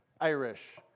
Irish